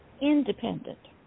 independent